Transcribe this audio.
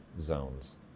zones